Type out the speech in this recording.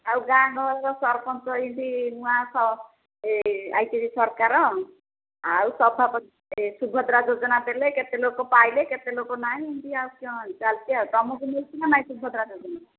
ଆଉ ଗାଁ ଗହଳିର ସରପଞ୍ଚ ଏଇଠି ନୂଆ ଆସିଛି ସରକାର ଆଉ ସଫା ସୁଭଦ୍ରା ଯୋଜନା ଦେଲେ କେତେ ଲୋକ ପାଇଲେ କେତେ ଲୋକ ନାହିଁ ଏମିତି ଆଉ କ'ଣ ଚାଲିଛି ଆଉ ତୁମକୁ ମିଳିଛି ନା ନାଇଁ ସୁଭଦ୍ରା ଯୋଜନା